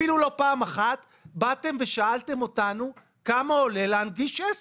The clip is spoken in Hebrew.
אפילו לא פעם אחת באתם ושאלתם אותנו כמה עולה להנגיש עסק.